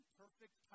perfect